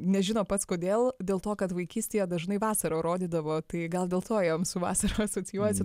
nežino pats kodėl dėl to kad vaikystėje dažnai vasarą rodydavo tai gal dėl to jam su vasara asocijuojasi